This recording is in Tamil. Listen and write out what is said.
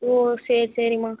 ஓ சரி சரிமா